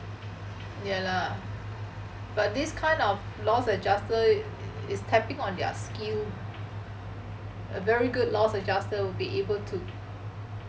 ya lah but this kind of loss adjuster is tapping on their skill a very good loss adjuster will be able to